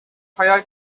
hayal